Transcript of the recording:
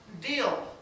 deal